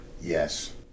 Yes